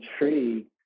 intrigued